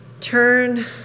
Turn